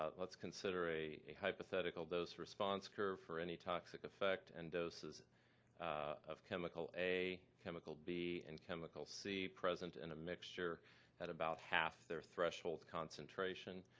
ah let's consider a a hypothetical dose response curve for any toxic effect and doses of chemical a, chemical b, and chemical c present in and a mixture at about half their threshold concentration.